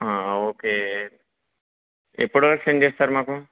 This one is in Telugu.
ఓకే ఎప్పటి వరకు సెండ్ చేస్తారు మాకు